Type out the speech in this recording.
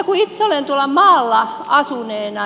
itse tuolla maalla asuneena